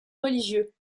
religieux